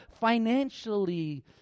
financially